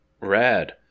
Rad